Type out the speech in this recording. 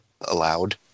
allowed